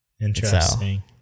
interesting